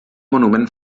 monument